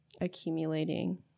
accumulating